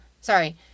sorry